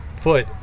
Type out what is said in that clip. foot